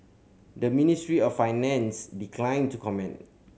the Ministry of Finance declined to comment